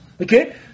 Okay